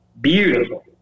beautiful